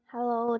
Hello，